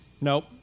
Nope